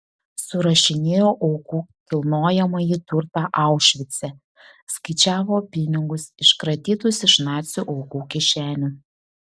surašinėjo aukų kilnojamąjį turtą aušvice skaičiavo pinigus iškratytus iš nacių aukų kišenių